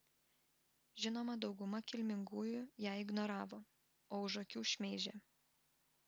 žinoma dauguma kilmingųjų ją ignoravo o už akių šmeižė